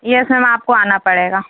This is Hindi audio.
येस मेम आपको आना पड़ेगा